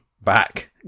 back